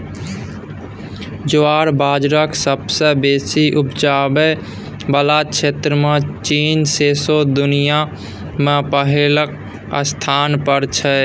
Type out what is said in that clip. ज्वार बजराक सबसँ बेसी उपजाबै बला क्षेत्रमे चीन सौंसे दुनियाँ मे पहिल स्थान पर छै